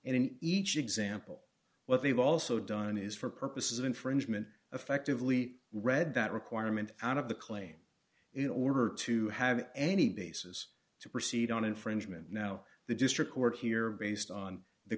and in each example what they've also done is for purposes of infringement affectively read that requirement out of the claim in order to have any basis to proceed on infringement now the district court here based on the